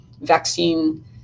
vaccine